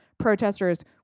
protesters